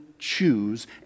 choose